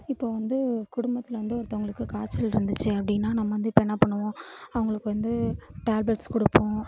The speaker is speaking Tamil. இப்போ வந்து குடும்பத்தில் வந்து ஒருத்தங்களுக்கு காய்ச்சல் இருந்துச்சு அப்படின்னா நம்ம வந்து இப்போ என்ன பண்ணுவோம் அவங்களுக்கு வந்து டேப்லெட்ஸ் கொடுப்போம்